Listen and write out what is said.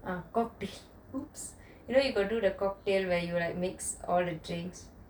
ah cocktail !oops! remember you got do the cocktail where you like mix all the drinks